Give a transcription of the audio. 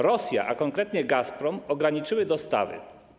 Rosja, a konkretniej Gazprom, ograniczyła dostawy.